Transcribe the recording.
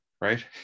right